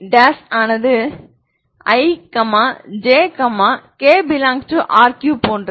vi'ஆனது i j k R3 போன்றது